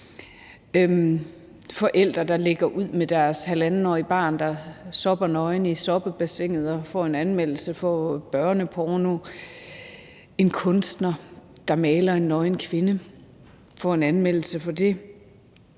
Forældre, der lægger et billede op af deres 1½-årige barn, der sopper nøgen i soppebassinet, bliver anmeldt for børneporne. En kunstner, der maler en nøgen kvinde, bliver anmeldt for det.